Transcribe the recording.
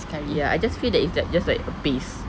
ya I just feel like that it's like just like a paste